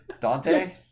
Dante